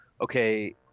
okay